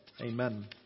amen